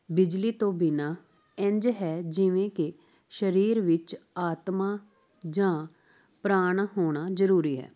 ਬਿਜਲੀ ਤੋਂ ਬਿਨਾਂ ਇੰਝ ਹੈ ਜਿਵੇਂ ਕਿ ਸਰੀਰ ਵਿੱਚ ਆਤਮਾ ਜਾਂ ਪ੍ਰਾਣ ਹੋਣਾ ਜ਼ਰੂਰੀ ਹੈ